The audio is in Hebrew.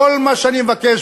כל מה שאני מבקש,